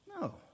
No